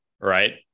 right